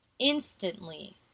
instantly